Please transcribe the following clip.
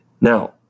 Now